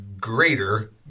greater